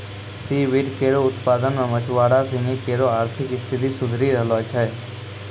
C weed केरो उत्पादन सें मछुआरा सिनी केरो आर्थिक स्थिति सुधरी रहलो छै